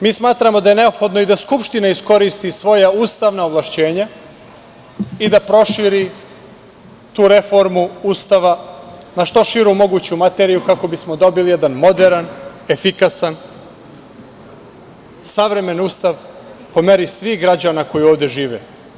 Mi smatramo da je neophodno i da Skupština iskoristi svoja ustavna ovlašćenja i da proširi tu reformu Ustava na što širu moguću materiju, kako bismo dobili jedan moderan, efikasan, savremen Ustav, po meri svih građana koji ovde žive.